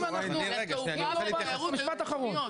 משפט אחרון,